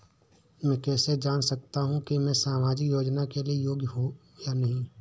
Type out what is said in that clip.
मैं कैसे जान सकता हूँ कि मैं सामाजिक योजना के लिए योग्य हूँ या नहीं?